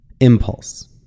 impulse